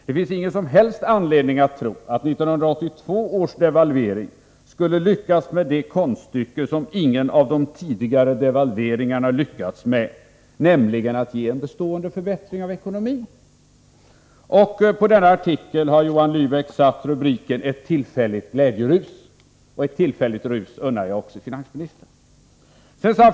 Det finns därför ingen som helst anledning att tro att 1982 års devalvering skulle lyckas med det konststycke som ingen av de tidigare devalveringarna lyckats med, nämligen att ge en bestående förbättring av ekonomin.” På denna artikel har Johan Lybeck satt rubriken Ett tillfälligt glädjerus. Ett tillfälligt rus unnar jag också finansministern.